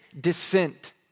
descent